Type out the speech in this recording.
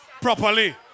properly